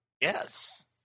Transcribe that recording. Yes